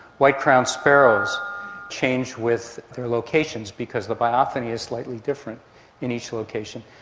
white-crowned sparrows change with their locations because the biophony is slightly different in each location.